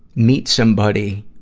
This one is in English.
meet somebody